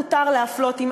בוודאי, מה זאת אומרת.